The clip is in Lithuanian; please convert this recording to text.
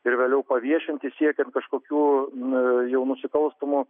ir vėliau paviešinti siekiant kažkokių nu jau nusikalstamų